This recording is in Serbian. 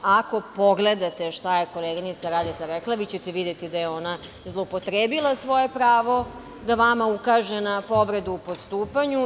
Ako pogledate šta je koleginica Radeta rekla, videćete da je ona zloupotrebila svoje pravo da vama ukaže na povredu u postupanju.